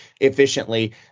efficiently